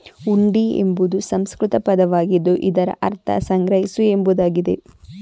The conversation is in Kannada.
ಹುಂಡಿ ಎಂಬುದು ಸಂಸ್ಕೃತ ಪದವಾಗಿದ್ದು ಇದರ ಅರ್ಥ ಸಂಗ್ರಹಿಸು ಎಂಬುದಾಗಿದೆ